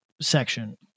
section